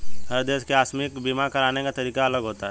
हर देश के आकस्मिक बीमा कराने का तरीका अलग होता है